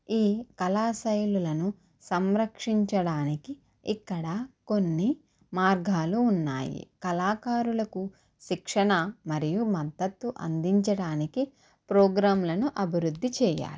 ఈ కళా శైలులను సంరక్షించడానికి ఇక్కడ కొన్ని మార్గాలు ఉన్నాయి కళాకారులకు శిక్షణ మరియు మద్దతు అందించడానికి ప్రోగ్రాంలను అభివృద్ధి చేయాలి